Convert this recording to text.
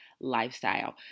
lifestyle